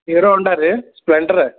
hero Honda ರಿ Splendor